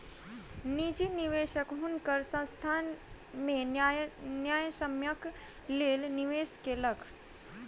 निजी निवेशक हुनकर संस्थान में न्यायसम्यक लेल निवेश केलक